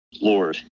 Lord